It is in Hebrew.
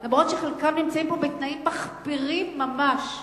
אף שחלקם נמצאים פה בתנאים מחפירים ממש.